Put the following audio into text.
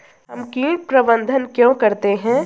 हम कीट प्रबंधन क्यों करते हैं?